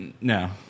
no